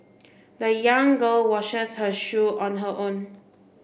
the young girl washes her shoe on her own